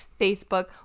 Facebook